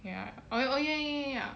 ya oh oh ya ya ya